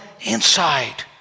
inside